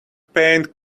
paint